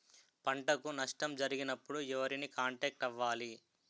పంటకు నష్టం జరిగినప్పుడు ఎవరిని కాంటాక్ట్ అవ్వాలి?